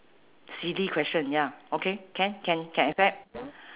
silly question ya okay can can can accept